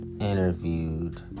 interviewed